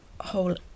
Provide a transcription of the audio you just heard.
whole